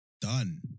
done